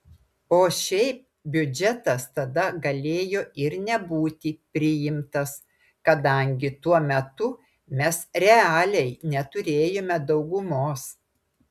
o šiaip biudžetas tada galėjo ir nebūti priimtas kadangi tuo metu mes realiai neturėjome daugumos